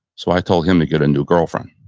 so, i told him to get a new girlfriend.